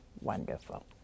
Wonderful